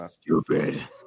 Stupid